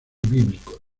bíblicos